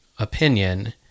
opinion